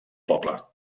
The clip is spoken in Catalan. poble